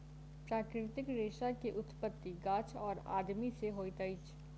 प्राकृतिक रेशा के उत्पत्ति गाछ और आदमी से होइत अछि